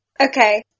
Okay